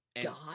god